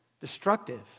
destructive